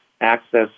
access